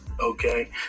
okay